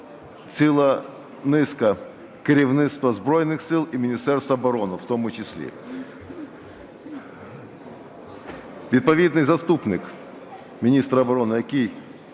ціла низка керівництва Збройних Сил і Міністерства оборони в тому числі. Відповідний заступник міністра оборони, який